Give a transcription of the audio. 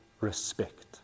respect